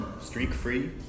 streak-free